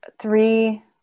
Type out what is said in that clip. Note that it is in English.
three